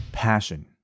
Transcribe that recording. passion